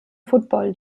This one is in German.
football